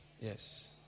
Yes